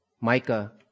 Micah